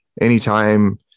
anytime